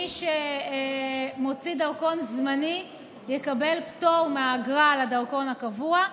מי שמוציא דרכון זמני יקבל פטור מהאגרה על הדרכון הקבוע,